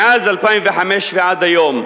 מאז 2005 ועד היום.